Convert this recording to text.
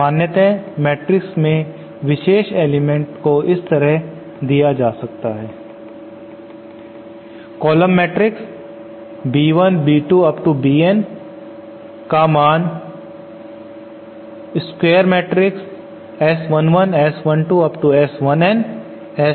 सामान्यत मैट्रिक्स में विशेष एलीमेंट्स को इस तरह दिया जाता है